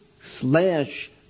slash